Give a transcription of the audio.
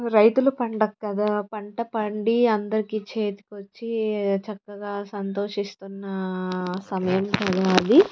రైతుల పండుగ కదా పంట పండి అందరికి చేతికి వచ్చి చక్కగా సంతోషిస్తున్న సమయం కదా అది